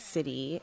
City